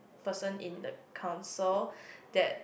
person in the council that